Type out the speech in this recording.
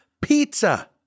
Pizza